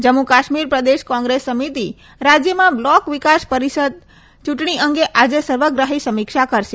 જમ્મુ કાશ્મીર પ્રદેશ કોંગ્રેસ સમિતિ રાજ્યમાં બ્લોક વિકાસ પરિષદ બીડીસી યૂંટણી અંગે આજે સર્વગ્રાહી સમીક્ષા કરશે